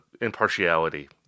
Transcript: impartiality